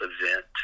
event